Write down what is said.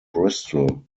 bristol